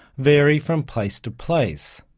vary from place to place.